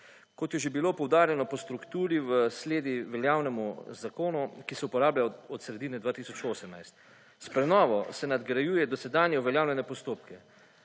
Kot je že bilo poudarjeno po strukturi v sledi veljavnemu zakonu, ki se uporablja od sredine 2018. S prenovo se nadgrajuje dosedanje uveljavljene postopke.